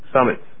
Summits